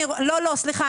לא, סליחה.